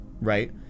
right